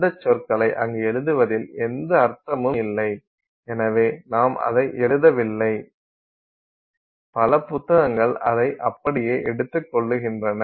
அந்த சொற்களை அங்கு எழுதுவதில் எந்த அர்த்தமும் இல்லை எனவே நாம் அதை எழுதவில்லை பல புத்தகங்கள் அதை அப்படியே எடுத்துக்கொள்கின்றன